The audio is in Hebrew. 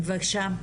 בבקשה.